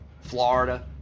Florida